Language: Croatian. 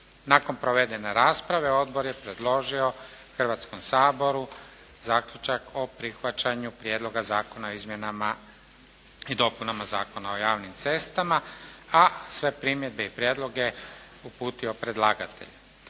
Nakon provedene rasprave odbor je predložio Hrvatskom saboru zaključak o prihvaćanju Prijedloga zakona o izmjenama i dopunama Zakona o javnim cestama. A sve primjedbe i prijedloge uputio predlagatelju.